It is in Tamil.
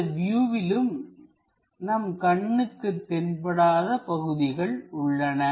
இந்த வியூவிலும் நம் கண்ணுக்குத் தென்படாத பகுதிகள் உள்ளன